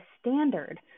standard